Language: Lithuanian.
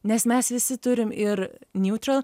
nes mes visi turim ir neutral